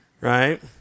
right